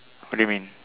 what do you mean